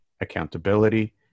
accountability